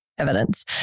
evidence